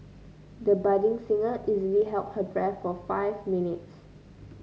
the budding singer easily held her breath for five minutes